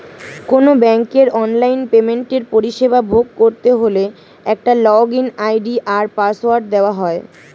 কোনো ব্যাংকের অনলাইন পেমেন্টের পরিষেবা ভোগ করতে হলে একটা লগইন আই.ডি আর পাসওয়ার্ড দেওয়া হয়